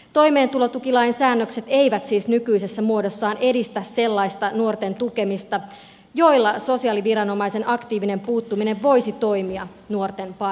toimeentulotukilain säännökset eivät siis nykyisessä muodossaan edistä sellaista nuorten tukemista jolla sosiaaliviranomaisen aktiivinen puuttuminen voisi toimia nuorten parhaaksi